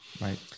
Right